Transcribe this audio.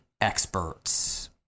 experts